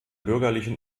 bürgerlichen